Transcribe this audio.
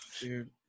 Dude